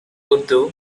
urdu